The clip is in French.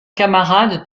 camarades